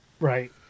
Right